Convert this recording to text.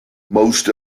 most